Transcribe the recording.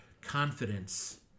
confidence